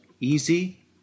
easy